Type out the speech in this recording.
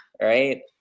Right